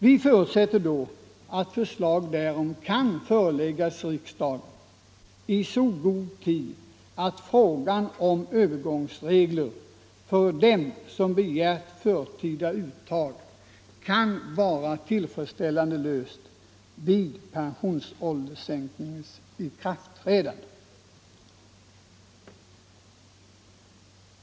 Vi förutsätter att förslag därom kan föreläggas riksdagen i så god tid att frågan om övergångsregler för dem som begärt förtida uttag kan vara tillfredsställande löst vid pensionsålderssänkningens ikraftträdande.